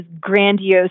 grandiose